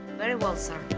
very well, sir.